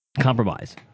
compromise